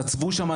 חצבו שם,